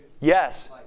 Yes